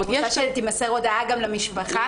את רוצה שתימסר הודעה גם למשפחה?